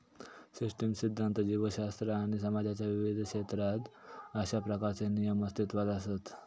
system सिध्दांत, जीवशास्त्र आणि समाजाच्या विविध क्षेत्रात अशा प्रकारचे नियम अस्तित्वात असत